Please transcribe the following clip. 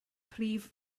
prif